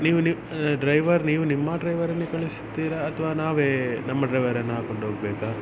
ನೀವು ನೀವು ಡ್ರೈವರ್ ನೀವು ನಿಮ್ಮ ಡ್ರೈವರನ್ನೇ ಕಳಿಸ್ತೀರಾ ಅಥವಾ ನಾವೇ ನಮ್ಮ ಡ್ರೈವರನ್ನು ಹಾಕ್ಕೊಂಡು ಹೋಗಬೇಕಾ